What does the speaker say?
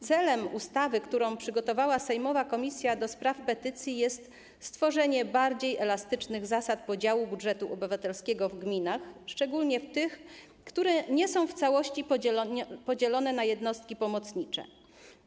Celem ustawy, którą przygotowała sejmowa Komisja do Spraw Petycji jest stworzenie bardziej elastycznych zasad podziału budżetu obywatelskiego w gminach, szczególnie w tych, które nie są w całości podzielone na jednostki pomocnicze.